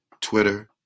Twitter